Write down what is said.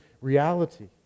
reality